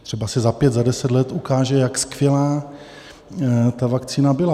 Třeba se za pět, za deset let ukáže, jak skvělá ta vakcína byla.